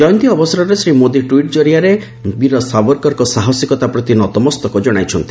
ଜୟନ୍ତୀ ଅବସରରେ ଶ୍ରୀ ମୋଦି ଟ୍ୱିଟ୍ କରିଆରେ ବୀର ସାବରକରଙ୍କ ସାହସିକତା ପ୍ରତି ନତମସ୍ତକ ଜଣାଇଛନ୍ତି